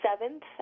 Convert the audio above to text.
seventh